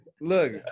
Look